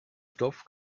stoff